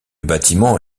bâtiment